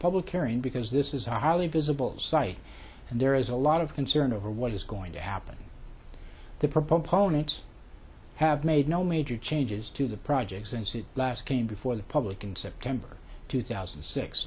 public airing because this is a highly visible site and there is a lot of concern over what is going to happen the proponents have made no major changes to the project since it last came before the public in september two thousand